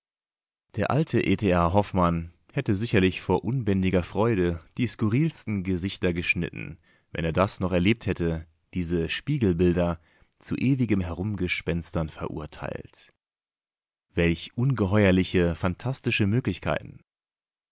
der alte e t a hoffmann hätte sicherlich vor unbändiger freude die skurrilsten gesichter geschnitten wenn er das noch erlebt hätte diese spiegelbilder zu ewigem herumgespenstern verurteilt welch ungeheuerliche phantastische möglichkeiten